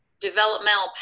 developmental